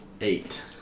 Eight